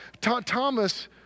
Thomas